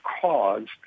caused